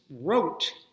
wrote